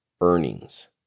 earnings